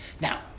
Now